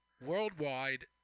worldwide